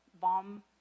bomb